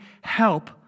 help